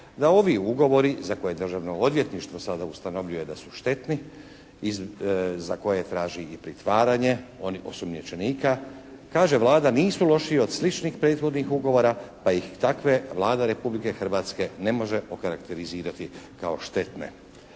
da ovi ugovori za koje Državno odvjetništvo sada ustanovljuje da su štetni i za koje traži i pritvaranje onih osumnjičenika kaže Vlada nisu lošiji od sličnih prethodnih ugovora pa ih takve Vlada Republike Hrvatske ne može okarakterizirati kao štetne.